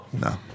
No